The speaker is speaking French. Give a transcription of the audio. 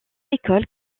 école